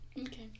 okay